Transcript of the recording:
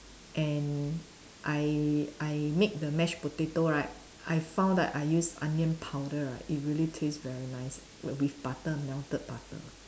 and I I make the mashed potato right I found that I use onion powder right it really taste very nice w~ with butter melted butter